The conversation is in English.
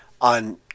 on